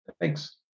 Thanks